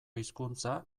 hizkuntza